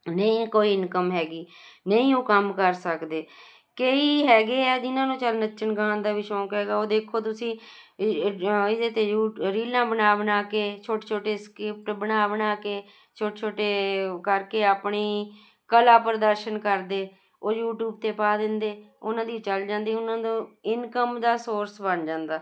ਨਹੀਂ ਕੋਈ ਇਨਕਮ ਹੈਗੀ ਨਹੀਂ ਉਹ ਕੰਮ ਕਰ ਸਕਦੇ ਕਈ ਹੈਗੇ ਆ ਜਿਹਨਾਂ ਨੂੰ ਚੱਲ ਨੱਚਣ ਗਾਉਣ ਦਾ ਵੀ ਸ਼ੌਕ ਹੈਗਾ ਉਹ ਦੇਖੋ ਤੁਸੀਂ ਇਹਦੇ 'ਤੇ ਯੂਟਿ ਰੀਲਾਂ ਬਣਾ ਬਣਾ ਕੇ ਛੋਟੇ ਛੋਟੇ ਸਕ੍ਰਿਪਟ ਬਣਾ ਬਣਾ ਕੇ ਛੋਟੇ ਛੋਟੇ ਕਰਕੇ ਆਪਣੀ ਕਲਾ ਪ੍ਰਦਰਸ਼ਨ ਕਰਦੇ ਉਹ ਯੂਟੀਊਬ 'ਤੇ ਪਾ ਦਿੰਦੇ ਉਹਨਾਂ ਦੀ ਚੱਲ ਜਾਂਦੀ ਉਹਨਾਂ ਨੂੰ ਇਨਕਮ ਦਾ ਸੋਰਸ ਬਣ ਜਾਂਦਾ